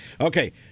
Okay